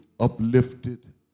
Uplifted